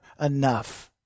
enough